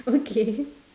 okay